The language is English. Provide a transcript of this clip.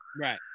Right